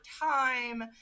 time